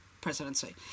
presidency